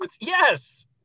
Yes